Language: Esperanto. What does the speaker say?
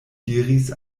diris